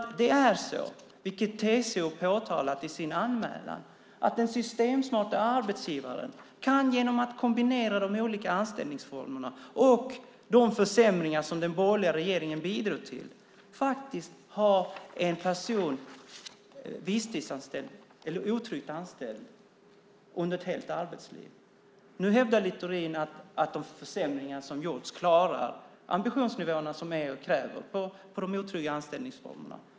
Såsom TCO påtalat i sin anmälan kan den systemsmarte arbetsgivaren genom att kombinera de olika anställningsformerna och de försämringar som den borgerliga regeringen bidragit till ha en person visstidsanställd, eller otryggt anställd, under ett helt arbetsliv. Nu hävdar Littorin att de försämringar som gjorts klarar de ambitionsnivåer som EU kräver vad gäller otrygga anställningsformer.